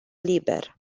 liber